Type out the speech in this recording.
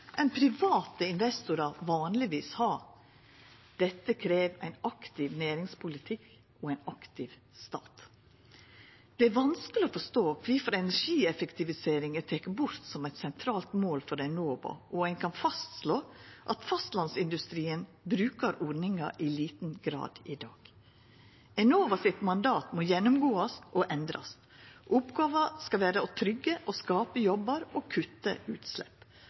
private investorar vanlegvis har. Dette krev ein aktiv næringspolitikk og ein aktiv stat. Det er vanskeleg å forstå kvifor energieffektivisering er teken bort som eit sentralt mål for Enova, og ein kan fastslå at fastlandsindustrien brukar ordninga i liten grad i dag. Mandatet til Enova må gjennomgåast og endrast. Oppgåva skal vera å tryggja og skapa jobbar og kutta utslepp.